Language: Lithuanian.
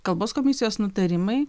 kalbos komisijos nutarimai